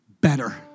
Better